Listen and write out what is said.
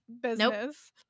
business